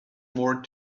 more